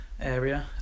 area